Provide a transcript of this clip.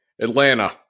Atlanta